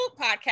podcast